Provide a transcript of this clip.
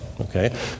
okay